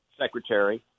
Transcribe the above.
secretary